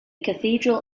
cathedral